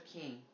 king